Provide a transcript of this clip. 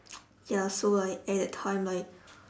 ya so like at that time like